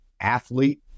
athlete